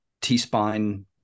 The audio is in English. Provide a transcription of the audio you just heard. T-spine